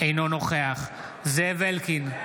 אינו נוכח זאב אלקין,